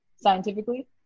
scientifically